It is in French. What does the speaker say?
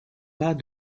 pas